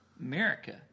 America